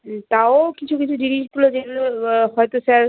হুম তাও কিছু কিছু জিনিসগুলো যেগুলো হয়তো স্যার